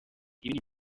nibyo